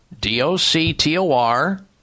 D-O-C-T-O-R